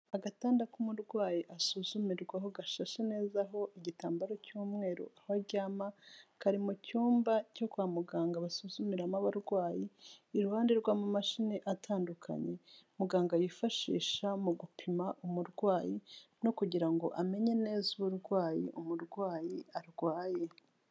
Agatanda k'umurwayi asuzumirwaho gashashe neza aho igitambaro cy'umweru aho aryama, kari mu cyumba cyo kwa muganga basuzumiramo abarwayi, iruhande rw'amamashini atandukanye muganga yifashisha mu gupima umurwayi no kugira ngo amenye neza uburwayi umurwayi arwaye.